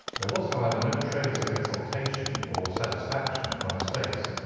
there was, however, no trace of exultation or satisfaction upon his face.